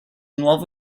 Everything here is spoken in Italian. nuovo